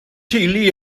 teulu